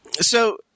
So-